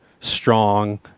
strong